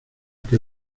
que